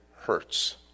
hurts